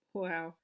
wow